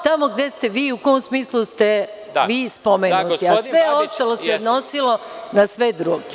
tamo u kom smislu ste vi spomenuti, a sve ostalo se odnosilo na sve druge.